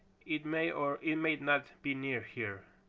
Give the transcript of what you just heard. it may or it may not be near here.